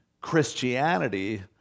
Christianity